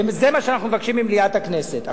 וזה מה שאנחנו מבקשים ממליאת הכנסת.